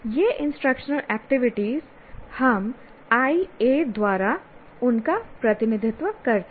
ये instructional activities हम IA द्वारा उनका प्रतिनिधित्व करते हैं